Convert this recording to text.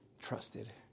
trusted